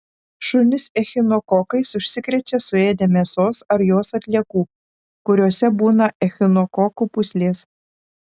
šunys echinokokais užsikrečia suėdę mėsos ar jos atliekų kuriose būna echinokokų pūslės